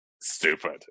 stupid